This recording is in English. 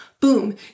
Boom